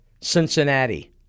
Cincinnati